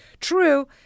true